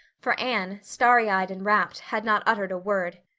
for anne, starry eyed and rapt, had not uttered a word.